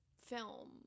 film